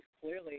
clearly